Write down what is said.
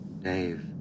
Dave